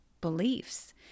beliefs